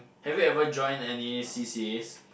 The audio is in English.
have you ever join any C_C_As